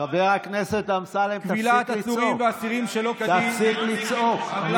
חבר הכנסת אמסלם, תפסיק לצעוק.